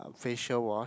facial wash